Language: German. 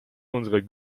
unserer